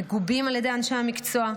מגובים על ידי אנשי המקצוע,